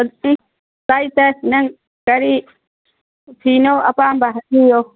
ꯇꯥꯏ ꯇꯥꯏ ꯅꯪ ꯀꯔꯤ ꯐꯤꯅꯣ ꯑꯄꯥꯝꯕ ꯍꯥꯏꯕꯤꯌꯣ